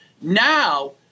Now-